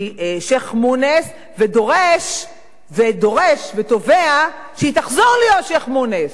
שיח'-מוניס ודורש ותובע שהיא תחזור להיות שיח'-מוניס,